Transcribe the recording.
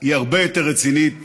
היא הרבה יותר רצינית